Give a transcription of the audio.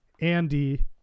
andy